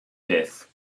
death